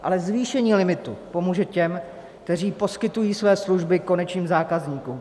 Ale zvýšení limitu pomůže těm, kteří poskytují své služby konečným zákazníkům.